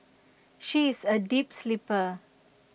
she is A deep sleeper